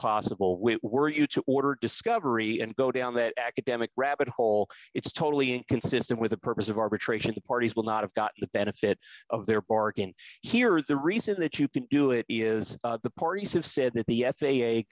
possible which were you to order discovery and go down that academic rabbit hole it's totally inconsistent with the purpose of arbitration the parties will not have got the benefit of their parking here is the reason that you can do it is the parties have said that the f